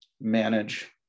manage